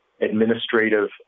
administrative